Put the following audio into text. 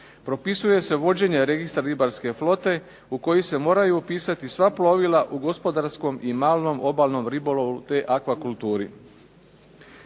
Propisuje se vođenje registra ribarske flote u koji se moraju upisati sva plovila u gospodarskom i malom obalnom ribolovu te akvakulturi.